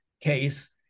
case